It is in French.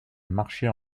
marchais